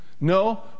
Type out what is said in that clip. No